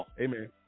Amen